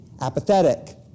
apathetic